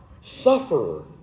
sufferer